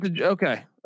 Okay